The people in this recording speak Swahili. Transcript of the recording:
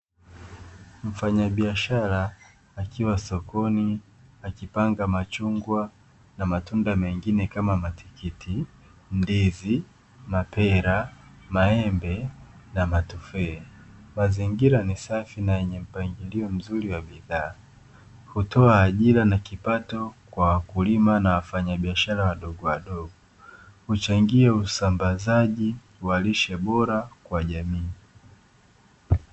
Mfanyabiashara akiwa sokoni akipanga machungwa na matunda mengine kama matikiti, ndizi, mapera, maembe na matufaa. Mazingira ni safi na yenye mpangilio mzuri wa bidhaa. Hutoa ajira na kipato kwa wakulima na wafanyabiashara wadogo wadogo. Huchangia usambazaji wa lishe bora kwa jamii.